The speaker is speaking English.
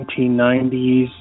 1990s